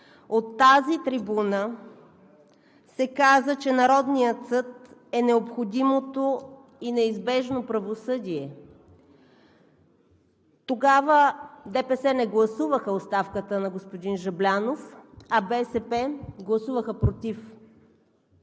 от тази трибуна се каза, че народният съд е необходимото и неизбежно правосъдие. Тогава ДПС не гласуваха оставката на господин Жаблянов, а БСП гласуваха „против“,